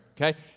Okay